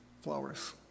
flowers